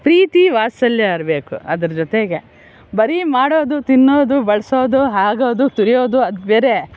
ಪ್ರೀತಿ ವಾತ್ಸಲ್ಯ ಇರಬೇಕು ಅದ್ರ ಜೊತೆಗೆ ಬರೀ ಮಾಡೋದು ತಿನ್ನೋದು ಬಡಿಸೋದು ಹಾಕೋದು ತುರಿಯೋದು ಅದು ಬೇರೆ